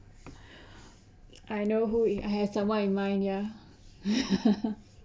I know who you I have someone in mind ya